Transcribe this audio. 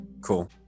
cool